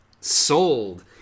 Sold